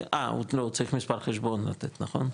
אה, לא, הוא צריך מספר חשבון לתת, נכון?